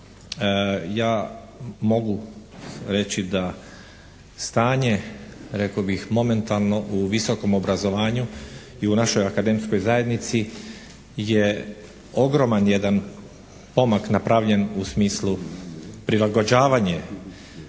ja mogu reći da stanje rekao bih momentalno u visokom obrazovanju i u našoj akademskoj zajednici je ogroman jedan pomak napravljen u smislu prilagođavanje